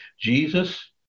Jesus